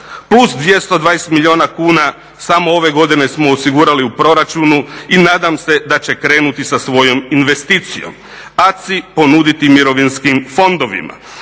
plus 220 milijuna kuna samo ove godine smo osigurali u proračunu i nadam se da će krenuti sa svojom investicijom, ACI ponuditi mirovinskim fondovima.